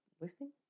listening